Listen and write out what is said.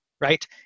right